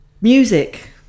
Music